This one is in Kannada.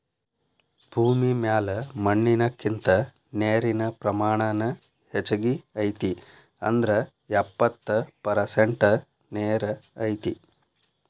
ಭೂಮಿ ಮ್ಯಾಲ ಮಣ್ಣಿನಕಿಂತ ನೇರಿನ ಪ್ರಮಾಣಾನ ಹೆಚಗಿ ಐತಿ ಅಂದ್ರ ಎಪ್ಪತ್ತ ಪರಸೆಂಟ ನೇರ ಐತಿ